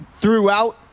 Throughout